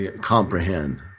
comprehend